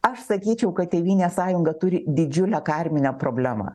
aš sakyčiau kad tėvynės sąjunga turi didžiulę karminę problemą